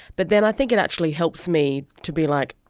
but then i think it actually helps me to be, like,